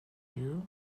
you